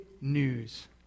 news